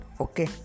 Okay